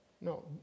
no